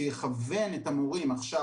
שתכוון את המורים עכשיו,